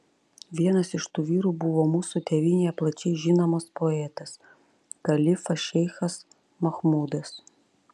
vienas iš tų vyrų buvo mūsų tėvynėje plačiai žinomas poetas kalifas šeichas machmudas